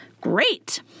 Great